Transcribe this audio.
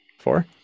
Four